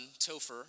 Topher